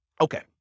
okay